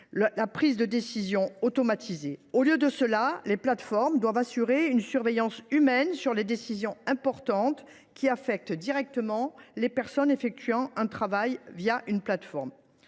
de prise de décision automatisée. Au lieu de cela, les plateformes doivent assurer une surveillance humaine sur les décisions importantes, qui affectent directement les personnes effectuant un travail grâce à elles.